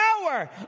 power